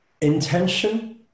intention